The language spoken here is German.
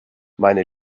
meine